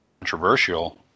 controversial